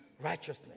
righteousness